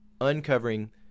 uncovering